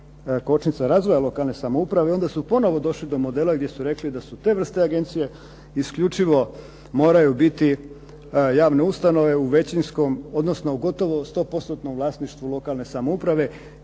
kočnica razvoja lokalne samouprave onda su ponovo došli do modela gdje su rekli da su te vrste agencije isključivo moraju biti javne ustanove u većinskom, odnosno u gotovo sto postotnom vlasništvu lokalne samouprave